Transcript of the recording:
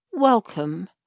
welcome